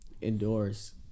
indoors